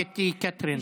קטי קטרין.